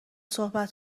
صحبت